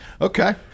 Okay